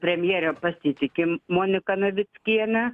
premjere pasitikim monika navickiene